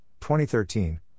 2013